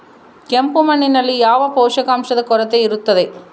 ಕೆಂಪು ಮಣ್ಣಿನಲ್ಲಿ ಯಾವ ಪೋಷಕಾಂಶದ ಕೊರತೆ ಇರುತ್ತದೆ?